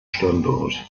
standort